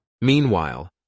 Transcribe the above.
Meanwhile